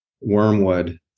wormwood